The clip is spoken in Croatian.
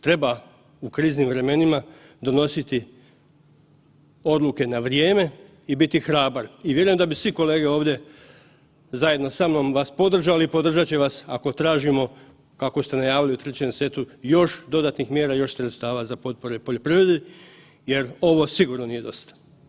Treba u kriznim vremenima donositi odluke na vrijeme i biti hrabar i vjerujem da bi svi kolege ovdje zajedno sa mnom vas podržali i podržat će vas ako tražimo kako ste najavili u 3 setu još dodatnih mjera i još sredstava za potpore poljoprivredi jer ovo sigurno nije dosta.